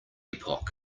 epoch